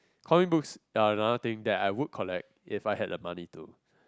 comic books are another thing that I would collect if I have the money to